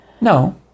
No